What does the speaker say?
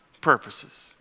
purposes